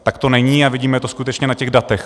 Tak to není a vidíme to skutečně na těch datech.